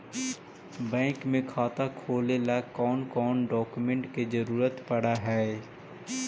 Bank में खाता खोले ल कौन कौन डाउकमेंट के जरूरत पड़ है?